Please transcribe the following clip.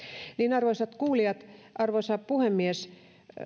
arvoisat kuulijat arvoisa puhemies